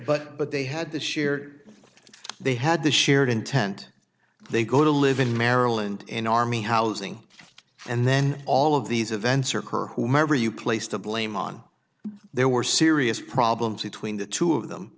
but but they had this year they had the shared intent they go to live in maryland in army housing and then all of these events are her whomever you place the blame on there were serious problems between the two of them